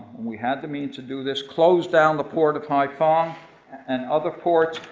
we had the means to do this, closed down the port of haiphong and other ports,